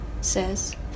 says